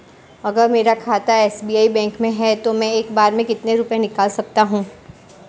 अगर मेरा खाता एस.बी.आई बैंक में है तो मैं एक बार में कितने रुपए निकाल सकता हूँ?